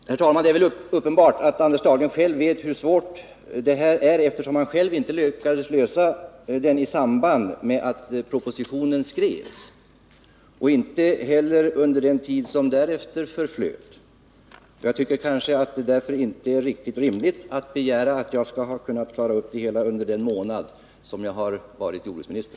Herr talman! Det är väl uppenbart att Anders Dahlgren vet hur svårt detta problem är, eftersom han själv inte lyckades lösa det i samband med att propositionen skrevs och inte heller under den tid som därefter förflöt. Jag tycker därför att det inte är riktigt rimligt att begära att jag skulle ha kunnat klara upp det under den månad som jag har varit jordbruksminister.